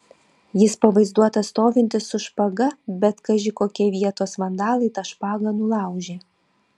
jis pavaizduotas stovintis su špaga bet kaži kokie vietos vandalai tą špagą nulaužė